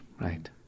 Right